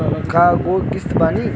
कय गो किस्त बानी?